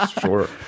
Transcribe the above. sure